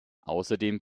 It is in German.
außerdem